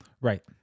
Right